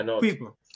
people